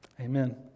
Amen